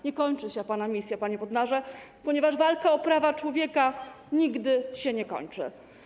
Nie kończy się pana misja, panie Bodnar, ponieważ walka o prawa człowieka nigdy się nie kończy.